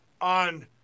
on